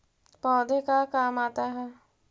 पौधे का काम आता है?